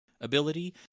ability